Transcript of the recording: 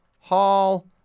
Hall